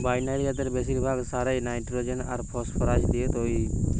binary জাতের বেশিরভাগ সারই নাইট্রোজেন আর ফসফরাস দিয়ে তইরি